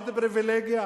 עוד פריווילגיה?